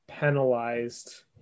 penalized